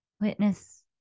Witness